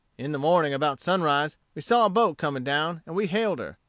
in the morning about sunrise, we saw a boat coming down, and we hailed her.